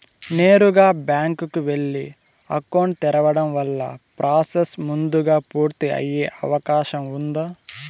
నేరుగా బ్యాంకు కు వెళ్లి అకౌంట్ తెరవడం వల్ల ప్రాసెస్ ముందుగా పూర్తి అయ్యే అవకాశం ఉందా?